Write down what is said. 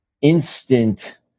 instant